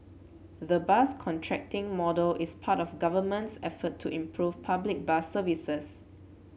the bus contracting model is part of Government's effort to improve public bus services